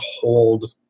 hold